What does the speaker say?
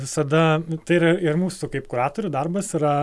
visada tai yra ir mūsų kaip kuratorių darbas yra